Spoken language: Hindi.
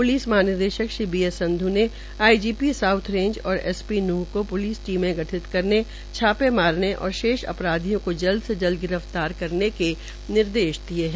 प्लिस महानिदेशक श्री बी एस संधू ने आईजीपी साउथ रैंज और एसपी नूहं को प्लिस टीमे गठित करने छापे मारने और शेष अपराधियों को जल्द से जल्द गिरफ्तार करने के निर्देश दिये है